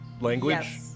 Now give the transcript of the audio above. language